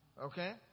Okay